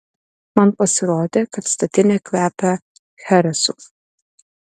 man pasirodė kad statinė kvepia cheresu